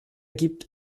gibt